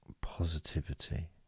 positivity